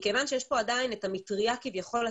מכיוון שיש פה עדיין את המטריה הצה"לית,